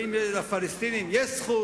האם לפלסטינים יש זכות,